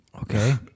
okay